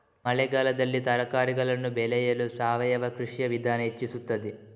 ಮಳೆಗಾಲದಲ್ಲಿ ತರಕಾರಿಗಳನ್ನು ಬೆಳೆಯಲು ಸಾವಯವ ಕೃಷಿಯ ವಿಧಾನ ಹೆಚ್ಚಿಸುತ್ತದೆ?